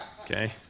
okay